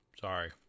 Sorry